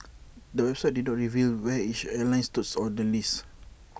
the website did not reveal where each airline stood on the list